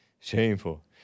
Shameful